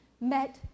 met